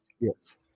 Yes